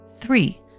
Three